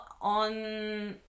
on